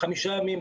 החמישה ימים,